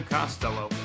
Costello